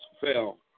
fell